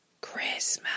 Christmas